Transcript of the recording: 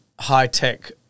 high-tech